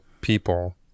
people